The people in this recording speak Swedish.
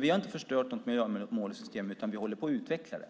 Vi har inte förstört något miljömålssystem, utan vi håller på att utveckla det.